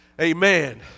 amen